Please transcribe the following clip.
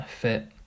fit